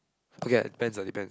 okay lah depends lah depends